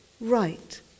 right